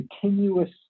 continuous